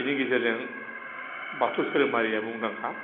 बेनि गेजेरजों बाथौ धोरोमारिया मुंदांखा